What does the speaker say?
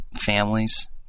families